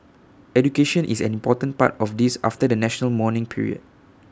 education is an important part of this after the national mourning period